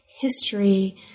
history